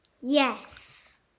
Yes